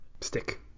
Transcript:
stick